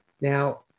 Now